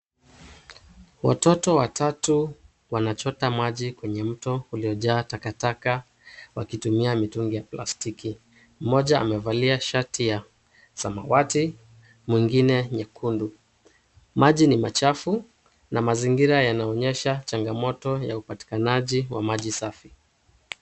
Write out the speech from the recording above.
Watoto watatu wanachota maji kwenye mto uliojaa takataka wakitumia mitungi ya plastiki. Mmoja amevalia shati ya samawati mwingine nyekundu. Maji ni machafu na mazingira yanaonyesha changamoto ya upatikanaji wa maji safi.